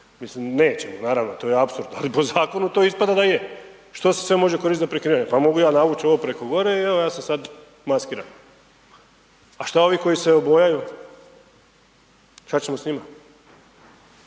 Mislim, nećemo naravno, to je apsurd, ali po zakonu to ispada da je. Što se sve može koristiti za prikrivanje? Pa mogu ja navući ovo preko gore i evo, ja sam sad maskiran. A što ovi koji se obojaju? Što ćemo s njima?